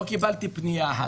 לא קיבלתי פנייה אחת.